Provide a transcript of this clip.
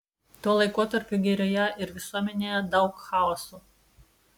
tuo laikotarpiu girioje ir visuomenėje daug chaoso